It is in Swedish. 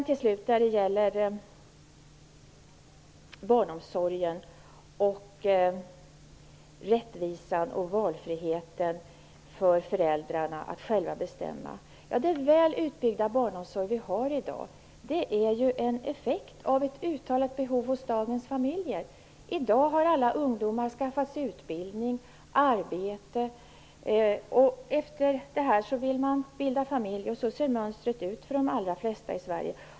Till slut skall jag säga något om barnomsorgen, rättvisan och valfriheten för föräldrarna att själva bestämma. Den väl utbyggda barnomsorg som vi har i dag är en effekt av ett uttalat behov hos dagens familjer. I dag har alla ungdomar skaffat sig utbildning och arbete. Efter det vill man bilda familj; så ser mönstret ut för de allra flesta i Sverige.